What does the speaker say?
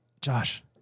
Josh